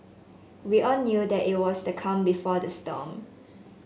we all knew that it was the calm before the storm